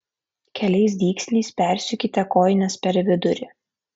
keliais dygsniais persiūkite kojines per vidurį